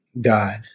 God